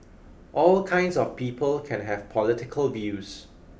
all kinds of people can have political views